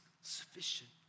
sufficient